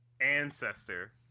ancestor